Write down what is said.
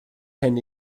hyn